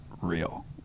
real